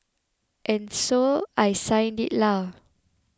and so I signed it lah